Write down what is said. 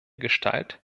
gestalt